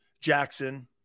Jackson